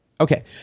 Okay